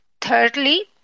Thirdly